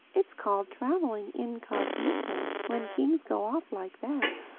it's called traveling incognito, when kings go off like that.